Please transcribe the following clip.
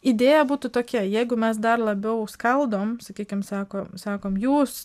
idėja būtų tokia jeigu mes dar labiau skaldom sakykim sako sakom jūs